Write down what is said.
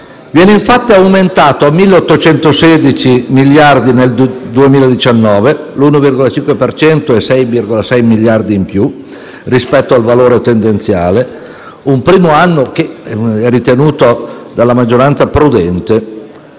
Viene infatti aumentato a 1.816 miliardi nel 2019, l'1,5 per cento e 6,6 miliardi in più rispetto al valore tendenziale (un primo anno ritenuto dalla maggioranza prudente);